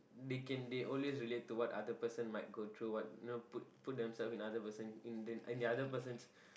they can they always relate to what other person might go through what you know put put them self in other person in then in the other person's